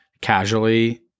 casually